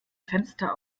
fenster